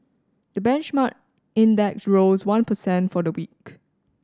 the benchmark index rose one per cent for the week